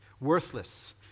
worthless